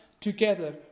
together